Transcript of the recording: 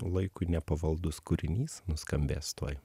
laikui nepavaldus kūrinys nuskambės tuoj